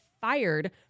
fired